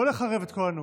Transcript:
אבל לא לחרב את כל הנאום.